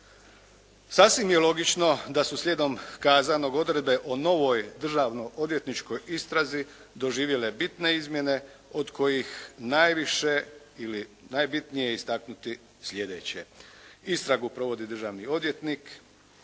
Sasvim je logično da su slijedom kazanog, odredbe o novoj državno odvjetničkoj istrazi doživjele bitne izmjene od kojih najviše ili najbitnije je istaknuti sljedeće. Istragu provodi državni odvjetnik,